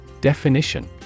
Definition